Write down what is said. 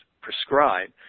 prescribe